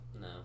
No